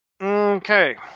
Okay